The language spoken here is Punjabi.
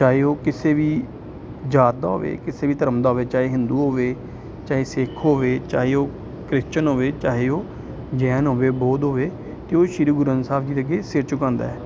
ਚਾਹੇ ਉਹ ਕਿਸੇ ਵੀ ਜਾਤ ਦਾ ਹੋਵੇ ਕਿਸੇ ਵੀ ਧਰਮ ਦਾ ਹੋਵੇ ਚਾਹੇ ਹਿੰਦੂ ਹੋਵੇ ਚਾਹੇ ਸਿੱਖ ਹੋਵੇ ਚਾਹੇ ਉਹ ਕ੍ਰਿਸਚਨ ਹੋਵੇ ਚਾਹੇ ਉਹ ਜੈਨ ਹੋਵੇ ਬੋਧ ਹੋਵੇ ਅਤੇ ਉਹ ਸ਼੍ਰੀ ਗੁਰੂ ਗ੍ਰੰਥ ਸਾਹਿਬ ਜੀ ਦੇ ਅੱਗੇ ਸਿਰ ਝੁਕਾਉਂਦਾ ਹੈ